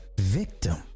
victim